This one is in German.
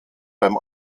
beim